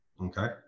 okay